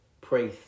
pray